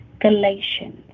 galatians